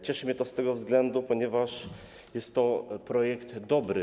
Cieszy mnie to z tego względu, ponieważ jest to projekt dobry.